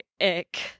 ick